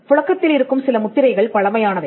புழக்கத்திலிருக்கும் சில முத்திரைகள் பழமையானவை